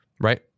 right